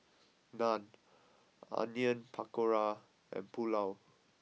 Naan Onion Pakora and Pulao